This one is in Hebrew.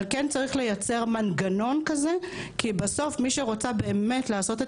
אבל צריך לייצר מנגנון כזה כי בסוף מי שרוצה לעשות את